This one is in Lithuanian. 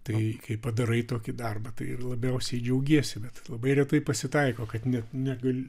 tai kai padarai tokį darbą tai ir labiausiai džiaugiesi bet labai retai pasitaiko kad net negali